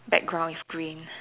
background is green